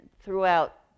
throughout